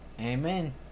Amen